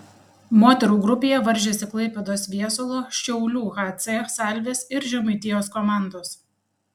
moterų grupėje varžėsi klaipėdos viesulo šiaulių hc salvės ir žemaitijos komandos